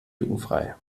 jugendfrei